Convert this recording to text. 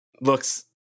looks